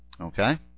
Okay